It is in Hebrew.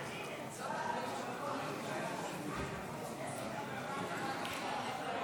15 בדבר הפחתת תקציב לא נתקבלו.